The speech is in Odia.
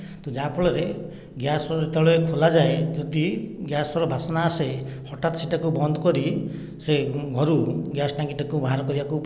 ତ ଯାହା ଫଳରେ ଗ୍ୟାସ ଯେତେବେଳେ ଖୋଲାଯାଏ ଯଦି ଗ୍ୟାସର ବାସନା ଆସେ ହଠାତ୍ ସେଟାକୁ ବନ୍ଦ କରି ସେଇ ଘରୁ ଗ୍ୟାସ ଟାଙ୍କିଟାକୁ ବାହାର କରିବାକୁ ପଡ଼େ